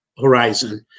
horizon